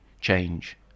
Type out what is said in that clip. change